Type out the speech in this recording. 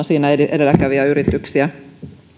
siinä edelläkävijäyrityksiä